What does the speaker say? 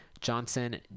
johnson